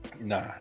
Nah